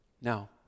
Now